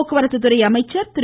போக்குவரத்து துறை அமைச்சர் திரு